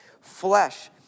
flesh